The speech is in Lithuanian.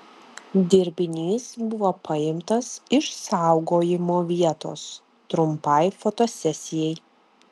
dirbinys buvo paimtas iš saugojimo vietos trumpai fotosesijai